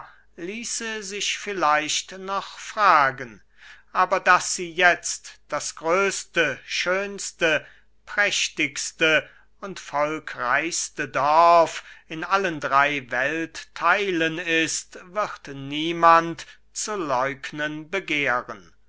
ließe sich vielleicht noch fragen aber daß sie jetzt das größte schönste prächtigste und volkreichste dorf in allen drey welttheilen ist wird niemand zu läugnen begehren